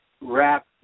wrap